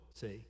see